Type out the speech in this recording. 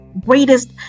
greatest